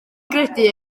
gredu